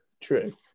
true